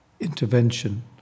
intervention